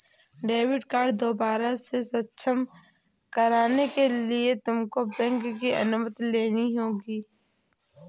debit card दोबारा से सक्षम कराने के लिए तुमको बैंक की अनुमति लेनी होगी